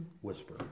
whisper